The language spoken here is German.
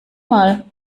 mal